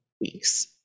weeks